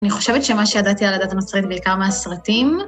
‫אני חושבת שמה שידעתי על הדת הנוצרית ‫בעיקר מהסרטים...